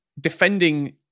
defending